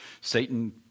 Satan